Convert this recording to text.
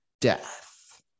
death